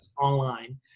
online